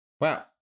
Wow